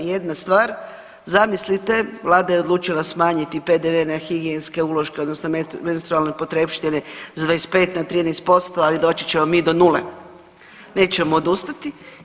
Jedna stvar, zamislite Vlada je odlučiti smanjiti PDV na higijenske uloške odnosno menstrualne potrepštine s 25 na 13%, ali doći ćemo mi do nule, nećemo odustati.